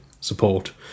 support